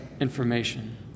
information